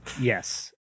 Yes